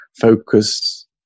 focus